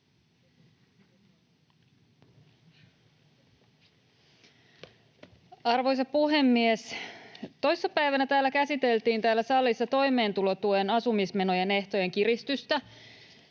Arvoisa puhemies! Toissa päivänä täällä salissa käsiteltiin toimeentulotuen asumismenojen ehtojen kiristystä.